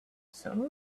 some